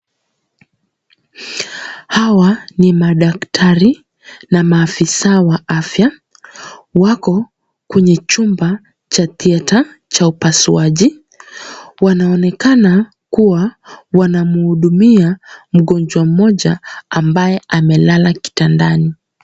Hawa ni madaktari na maafisa wa afya. Wako kwenye chumba cha theater cha upasuaji. Wanaonekana kuwa wanamhudumia mgonjwa mmoja ambaye amelala kitandani.